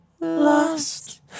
lost